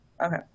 Okay